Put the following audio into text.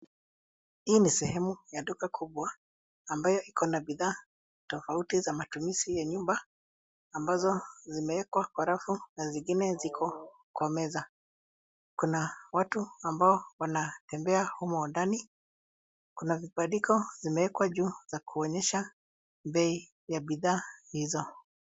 Hii ni sehemu ya duka kubwa ambayo iko na bidhaa tofauti za matumizi ya nyumba ambazo zimewekwa kwa rafu na zingine ziko kwa meza. Kuna watu ambao wanatembea humo ndani. Kuna vibandiko zimewekwa juu za kuonyesha bei ya bidhaa hizo.